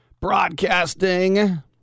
broadcasting